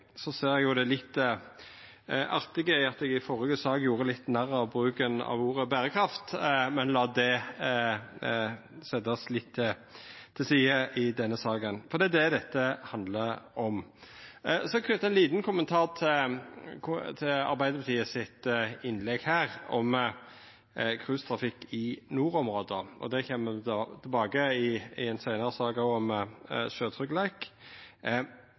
Eg ser jo det litt artige i at eg i den førre saka gjorde litt narr av bruken av ordet «berekraft», men la oss leggja det litt til side i denne saka, for det er det dette handlar om. Så vil eg knyta ein liten kommentar til innlegget frå Arbeidarpartiet om cruisetrafikk i nordområda. Det kjem me tilbake til i ei seinare sak om